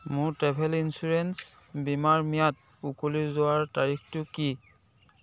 মোৰ travel insurance বীমাৰ ম্যাদ উকলি যোৱাৰ তাৰিখটো কি